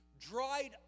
dried